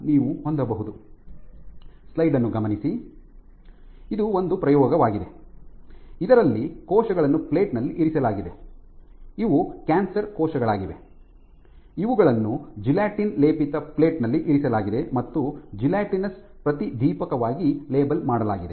ಇದು ಒಂದು ಪ್ರಯೋಗವಾಗಿದೆ ಇದರಲ್ಲಿ ಕೋಶಗಳನ್ನು ಪ್ಲೇಟ್ ನಲ್ಲಿ ಇರಿಸಲಾಗಿದೆ ಇವು ಕ್ಯಾನ್ಸರ್ ಕೋಶಗಳಾಗಿವೆ ಇವುಗಳನ್ನು ಜೆಲಾಟಿನ್ ಲೇಪಿತ ಪ್ಲೇಟ್ ನಲ್ಲಿ ಇರಿಸಲಾಗಿದೆ ಮತ್ತು ಜೆಲಾಟಿನಸ್ ಪ್ರತಿದೀಪಕವಾಗಿ ಲೇಬಲ್ ಮಾಡಲಾಗಿದೆ